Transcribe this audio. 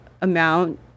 amount